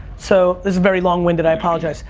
so this is very long-winded, i apologize,